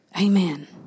Amen